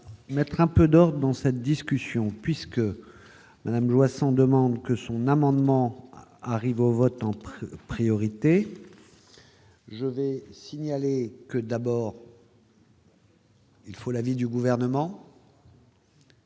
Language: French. mettre un peu d'ordre dans cette discussion puisque Madame Joissains demande que son amendement arrive au vote en prévoit priorité je vais signaler que d'abord. Il faut l'avis du gouvernement.